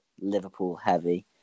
Liverpool-heavy